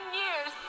years